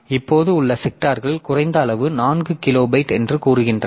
இப்போது உள்ள செக்டார்கள் குறைந்த அளவு 4 கிலோபைட் என்று கூறுகின்றன